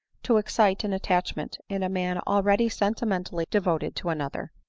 to excite an attachment in a man already sentimentally devoted to another.